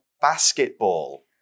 basketball